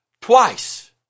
twice